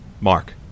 Mark